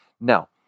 now